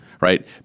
right